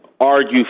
argue